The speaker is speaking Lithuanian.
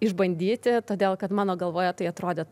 išbandyti todėl kad mano galvoje tai atrodė